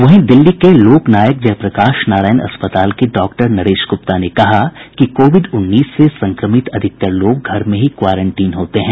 वहीं दिल्ली के लोक नायक जयप्रकाश नारायण अस्पताल के डॉक्टर नरेश गुप्ता ने कहा कि कोविड उन्नीस से संक्रमित अधिकतर लोग घर में ही क्वारंटीन होते हैं